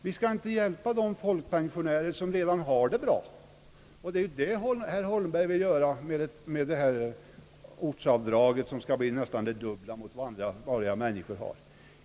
Vi skall inte hjälpa dem som redan har det bra. Det är detta som herr Holmberg vill göra genom ortsavdraget som skall bli nästan dubbelt så stort som det ortsavdrag som vanliga människor har.